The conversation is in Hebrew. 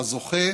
לזוכה,